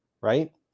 right